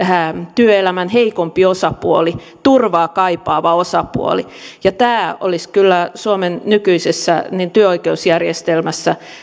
työelämän heikompi osapuoli turvaa kaipaava osapuoli ja tämä olisi kyllä suomen nykyisessä työoikeusjärjestelmässä